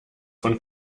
von